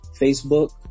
facebook